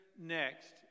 next